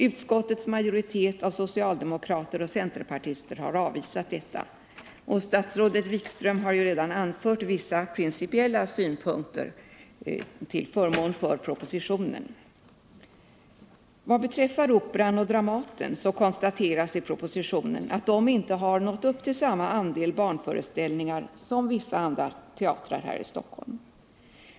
Utskottets majoritet av socialdemokrater och centerpartister har avvisat detta, och statsrådet Wikström har ju redan anfört vissa principiella synpunkter till förmån för propositionen. Vad beträffar Operan och Dramaten konstateras i propositionen att de inte har nått upp till samma andel barnföreställningar som vissa andra teatrar här i Stockholm.